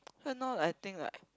cause now I think like